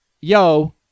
yo